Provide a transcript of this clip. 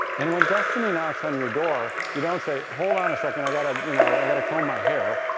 and, when destiny knocks on your door, you don't say hold on a second, i gotta you know i gotta comb my hair.